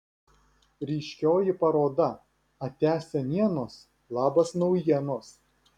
ryškioji paroda atia senienos labas naujienos